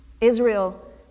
Israel